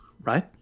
right